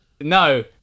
No